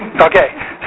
Okay